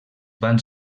van